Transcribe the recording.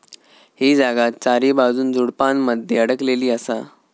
ही जागा चारीबाजून झुडपानमध्ये अडकलेली असा